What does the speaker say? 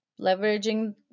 leveraging